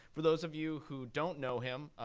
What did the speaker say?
for those of you who don't know him,